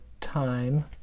time